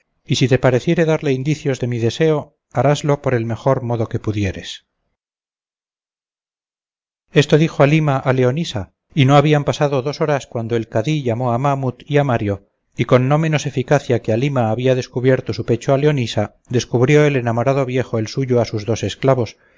y si te pareciere darle indicios de mi deseo haráslo por el mejor modo que pudieres esto dijo halima a leonisa y no habían pasado dos horas cuando el cadí llamó a mahamut y a mario y con no menos eficacia que halima había descubierto su pecho a leonisa descubrió el enamorado viejo el suyo a sus dos esclavos